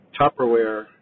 Tupperware